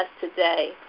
today